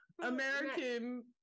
American